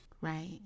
right